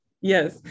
Yes